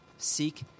Seek